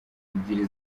ebyiri